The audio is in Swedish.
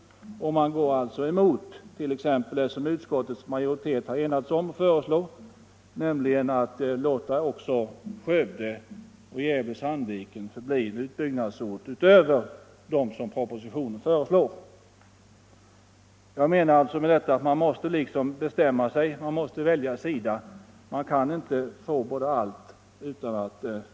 Man går alltså emot det som utskottsmajoriteten har enats om att föreslå, nämligen att låta även Skövde och Gävle/Sandviken förbli utbyggnadsorter utöver dem som propositionen föreslår. Man måste emellertid bestämma sig och välja sida.